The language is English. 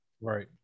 Right